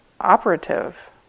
operative